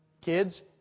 kids